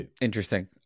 interesting